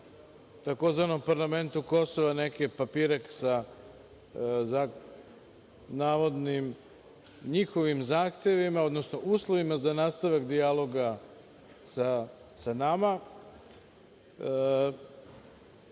tzv. parlamentu kosova neke papire sa navodnim njihovim zahtevima, odnosno uslovima za nastavak dijaloga sa nama